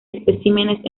especímenes